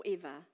forever